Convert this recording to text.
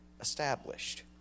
established